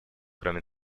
кроме